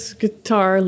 guitar